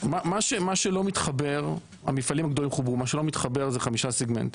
מה שלא מתחבר זה חמישה סגמנטים.